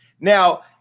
Now